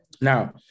Now